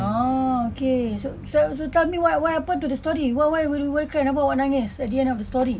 ah okay so so so tell me what what happen to the story why why do you cry why kenapa awak nangis at the end of the story